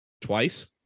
twice